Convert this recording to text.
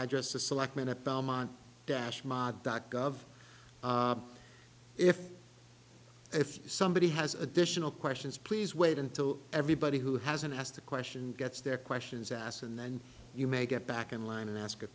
address to selectmen at belmont dash ma dot gov if if somebody has additional questions please wait until everybody who hasn't asked a question gets their questions asked and then you may get back in line and ask a